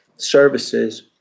services